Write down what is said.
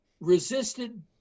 resisted